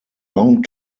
long